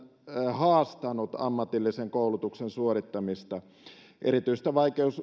haastanut ammatillisen koulutuksen suorittamista erityistä